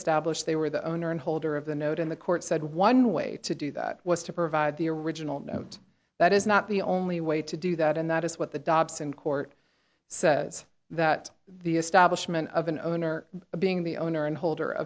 establish they were the owner and holder of the note in the court said one way to do that was to provide the original note that is not the only way to do that and that is what the dobson court says that the establishment of an owner being the owner and hold